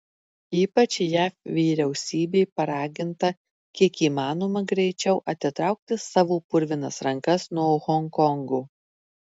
ypač jav vyriausybė paraginta kiek įmanoma greičiau atitraukti savo purvinas rankas nuo honkongo